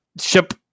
ship